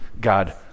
God